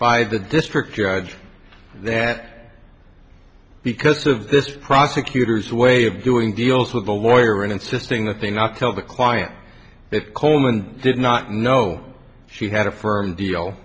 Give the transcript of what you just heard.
by the district judge that because of this prosecutor's way of doing deals with a lawyer and insisting that they not tell the client that coleman did not know she had a firm deal